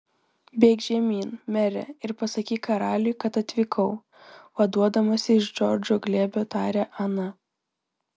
bėk žemyn mere ir pasakyk karaliui kad atvykau vaduodamasi iš džordžo glėbio tarė ana